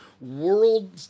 world